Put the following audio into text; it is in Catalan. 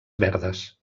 verdes